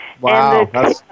Wow